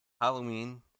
Halloween